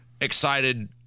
excited